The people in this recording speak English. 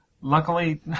luckily